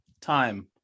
time